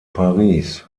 paris